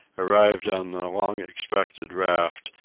arrived on the long-expected raft,